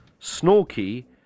Snorky